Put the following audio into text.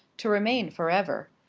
to remain forever.